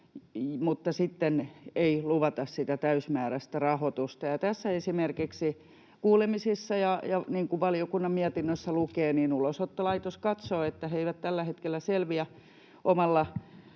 mutta sitten ei luvata sitä täysimääräistä rahoitusta. Tässä, esimerkiksi kuulemisissa ja niin kuin valiokunnan mietinnössä lukee, Ulosottolaitos katsoo, että he eivät tällä hetkellä selviä omassa